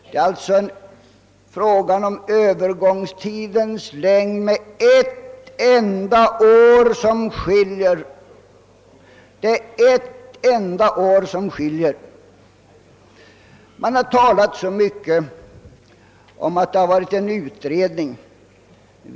Det är alltså en skillnad på ett enda år i fråga om Öövergångstidens längd. Man har talat så mycket om att det har varit en enhällig utredning.